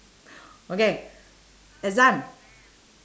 okay it's done